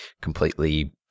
completely